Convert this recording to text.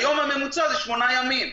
היום הממוצע הוא שמונה ימים.